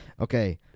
Okay